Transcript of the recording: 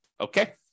Okay